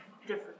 different